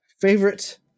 Favorite